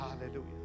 Hallelujah